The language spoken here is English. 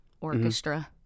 orchestra